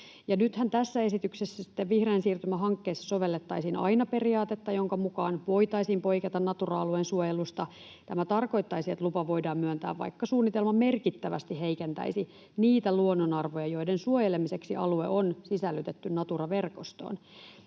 tässä esityksessä sitten vihreän siirtymän hankkeissa sovellettaisiin aina periaatetta, jonka mukaan voitaisiin poiketa Natura-alueen suojelusta. Tämä tarkoittaisi, että lupa voidaan myöntää, vaikka suunnitelma merkittävästi heikentäisi niitä luonnonarvoja, joiden suojelemiseksi alue on sisällytetty Natura-verkostoon.